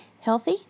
healthy